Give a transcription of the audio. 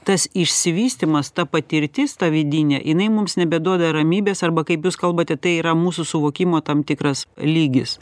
tas išsivystymas ta patirtis ta vidinė jinai mums nebeduoda ramybės arba kaip jūs kalbate tai yra mūsų suvokimo tam tikras lygis